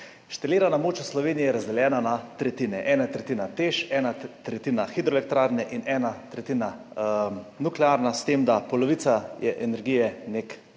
Inštalirana moč v Sloveniji je razdeljena na tretjine, ena tretjina TEŠ, ena tretjina hidroelektrarne in ena tretjina nuklearna, s tem da je polovica energije NEK